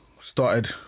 Started